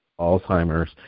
Alzheimer's